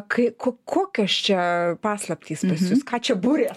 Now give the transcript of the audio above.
kai ko kokios čia paslaptys pas jus ką čia buriat